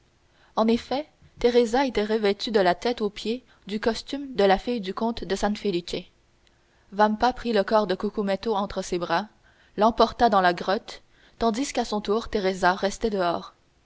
en effet teresa était revêtue de la tête aux pieds du costume de la fille du comte de san felice vampa prit le corps de cucumetto entre ses bras l'emporta dans la grotte tandis qu'à son tour teresa restait dehors